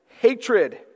hatred